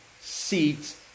seats